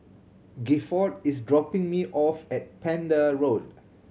Gifford is dropping me off at Pender Road